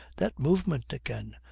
that movement again!